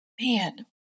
Man